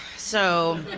so.